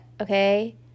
okay